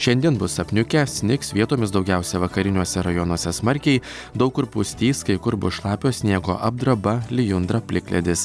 šiandien bus apniukę snigs vietomis daugiausia vakariniuose rajonuose smarkiai daug kur pustys kai kur bus šlapio sniego apdraba lijundra plikledis